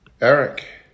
Eric